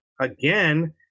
again